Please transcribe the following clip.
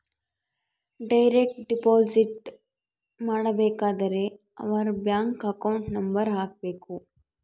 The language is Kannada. ಡೈರೆಕ್ಟ್ ಡಿಪೊಸಿಟ್ ಮಾಡಬೇಕಾದರೆ ಅವರ್ ಬ್ಯಾಂಕ್ ಅಕೌಂಟ್ ನಂಬರ್ ಹಾಕ್ಬೆಕು